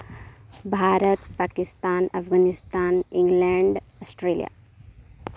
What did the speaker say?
Bharat Pakistan Afghanistan England Australia